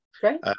great